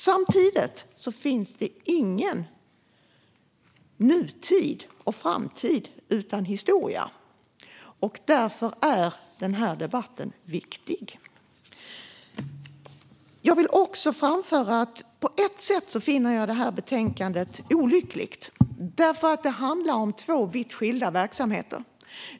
Samtidigt finns det ingen nutid och framtid utan historia. Därför är den här debatten viktig. Jag vill också anföra att jag på ett sätt finner detta betänkande olyckligt eftersom det handlar om två vitt skilda verksamheter.